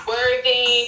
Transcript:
Worthy